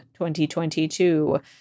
2022